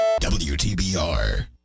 WTBR